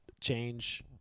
change